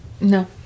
No